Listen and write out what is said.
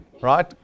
Right